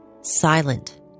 silent